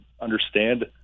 understand